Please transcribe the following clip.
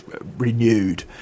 renewed